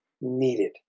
needed